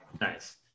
Nice